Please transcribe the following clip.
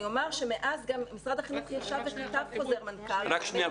מאז משרד החינוך גם כתב חוזר מנכ"ל -- רק שנייה,